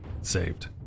saved